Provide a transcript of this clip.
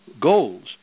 goals